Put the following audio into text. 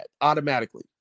automatically